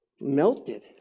melted